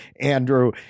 Andrew